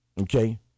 okay